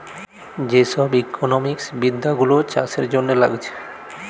যে সব ইকোনোমিক্স বিদ্যা গুলো চাষের জন্যে লাগছে